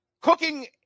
Cooking